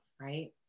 Right